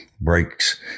breaks